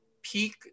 peak